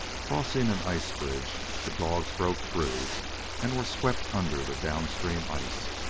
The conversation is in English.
crossing an ice-bridge, the dogs broke through and were swept under the down-stream ice.